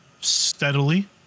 steadily